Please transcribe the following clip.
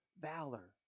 valor